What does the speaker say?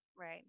right